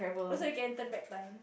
also you can turn back time